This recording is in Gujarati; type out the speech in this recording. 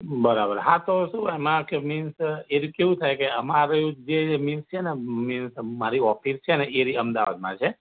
બરાબર હા તો શું આમાં કે મીન્સ એ રી કેવું થાય કે અમારું જે મીન્સ છે ને મીન્સ મારી ઓફિસ છે ને એ અહીં અમદાવાદમાં છે